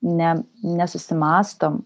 ne nesusimąstom